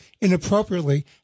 inappropriately